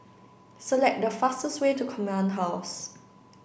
select the fastest way to Command House